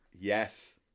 Yes